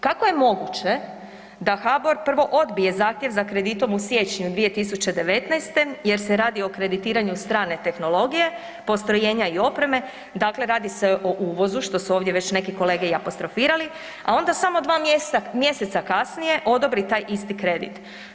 Kako je moguće da HBOR prvo odbije zahtjev za kreditom u siječnju 2019. jer se radi o kreditiranju strane tehnologije, postrojenja i opreme, dakle radi se o uvozu, što su ovdje već neki kolege i apostrofirali, a onda samo dva mjeseca kasnije odobri taj isti kredit.